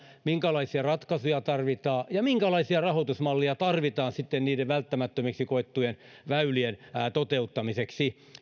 minkälaisia ratkaisuja tarvitaan ja minkälaisia rahoitusmalleja tarvitaan sitten niiden välttämättömiksi koettujen väylien toteuttamiseksi